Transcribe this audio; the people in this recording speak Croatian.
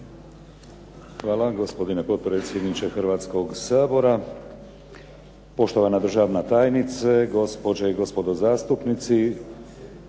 vam gospodine potpredsjedniče Hrvatskog sabora. Poštovana državna tajnice, gospođe i gospodo zastupnici.